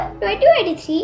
2023